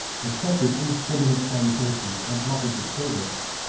accepted indiscriminate salutations and offers of service,